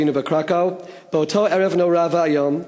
היינו בקראקוב, באותו ערב נורא ואיום,